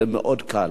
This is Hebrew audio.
זה מאוד קל.